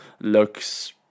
looks